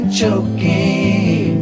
choking